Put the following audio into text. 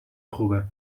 خوبه